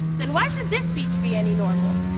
then why should this speech be any normal?